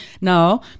Now